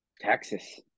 Texas